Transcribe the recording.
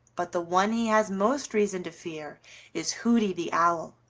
but the one he has most reason to fear is hooty the owl,